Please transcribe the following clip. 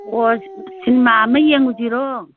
ꯑꯣ ꯁꯤꯅꯤꯃꯥ ꯑꯃ ꯌꯦꯡꯉꯨꯁꯤꯔꯣ